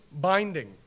binding